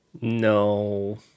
No